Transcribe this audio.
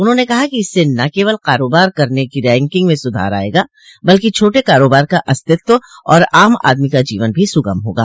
उन्होंने कहा कि इससे न केवल कारोबार करने की रैंकिंग में सुधार आयेगा बल्कि छोटे कारोबार का अस्तित्व और आम आदमी का जीवन भी सूगम होगा